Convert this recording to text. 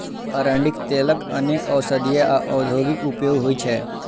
अरंडीक तेलक अनेक औषधीय आ औद्योगिक उपयोग होइ छै